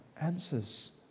answers